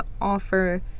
offer